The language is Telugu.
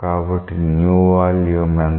కాబట్టి న్యూ వాల్యూమ్ ఎంత